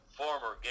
former